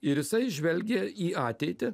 ir jisai žvelgė į ateitį